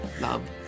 love